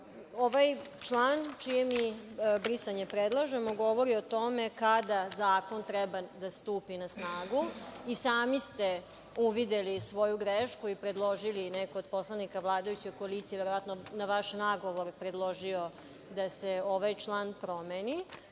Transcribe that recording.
član, čije brisanje mi predlažemo, govori o tome kada zakon treba da stupi na snagu. I sami ste uvideli svoju grešku i predložili, neko od poslanika vladajuće koalicije verovatno na vaš nagovor je predložio da se ovaj član promeni.